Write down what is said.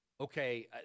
okay